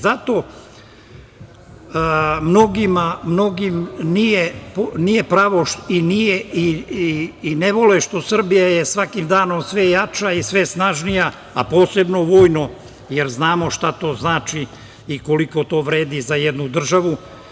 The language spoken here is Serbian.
Zato mnogima nije pravo i ne vole što je Srbija svakim danom sve jača i sve snažnija, a posebno vojno, jer znamo šta to znači i koliko to vredi za jednu državu.